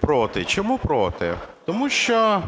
проти. Чому проти? Тому що